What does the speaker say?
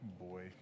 Boy